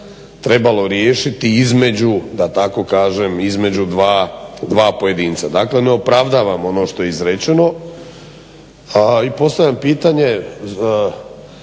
trebalo riješiti između, da tako kažem, između dva pojedinca. Dakle, ne opravdavam ono što je izrečeno i postavljam pitanje